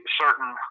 certain